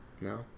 No